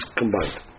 combined